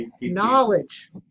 Knowledge